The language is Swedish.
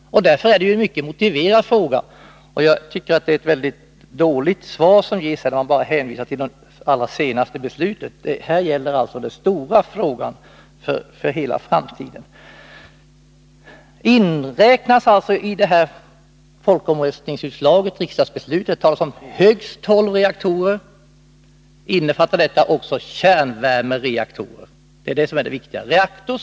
Därför är det en mycket motiverad fråga, och jag tycker att det är ett väldigt dåligt svar som lämnas, där man bara hänvisar till det allra senaste beslutet. Detta gäller den stora frågan för hela framtiden. Innefattar folkomröstningsutslaget och riksdagsbeslutet, vilket innebar utbyggnad av högst tolv reaktorer, även kärnvärmereaktorer? Det är det som det är det viktiga.